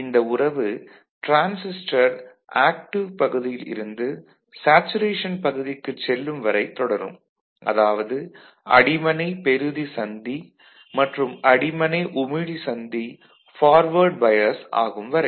இந்த உறவு transistor active பகுதியில் இருந்து சேச்சுரேஷன் பகுதிக்குச் செல்லும் வரை தொடரும் அதாவது அடிமனை பெறுதி சந்தி மற்றும் அடிமனை உமிழி சந்தி பார்வேர்டு பையாஸ் ஆகும் வரை